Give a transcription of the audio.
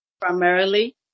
Primarily